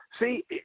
see